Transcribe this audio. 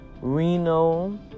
Reno